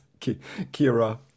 Kira